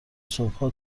صبحها